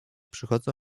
przychodzą